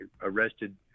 arrested